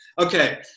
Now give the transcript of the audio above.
okay